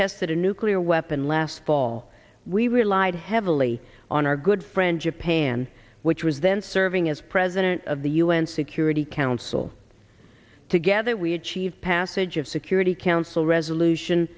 tested a nuclear weapon last fall we relied heavily on our good friend japan which was then serving as president of the un security council together we achieved passage of security council resolution